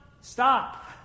stop